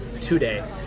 today